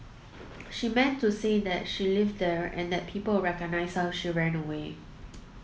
she meant to say that she lived there and that people would recognise her if she ran away